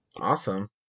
Awesome